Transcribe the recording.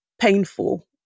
painful